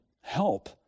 Help